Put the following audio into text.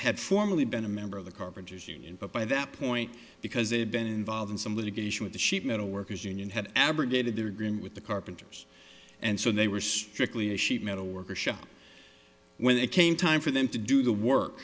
had formerly been a member of the carpenters union but by that point because they had been involved in some litigation with the sheet metal workers union had abrogated their agreement with the carpenters and so they were strictly a sheet metal worker shop when it came time for them to do the work